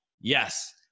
Yes